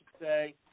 say